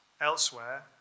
Elsewhere